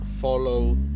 follow